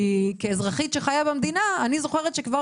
כי כאזרחית שחיה במדינה אני זוכרת שכבר